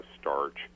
starch